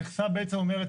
המכסה בעצם אומרת,